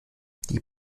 die